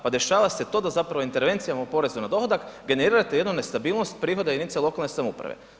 Pa dešava se to da zapravo intervencijama poreza na dohodak generirate jednu nestabilnost prihoda jedinice lokalne samouprave.